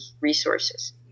resources